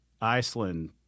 Iceland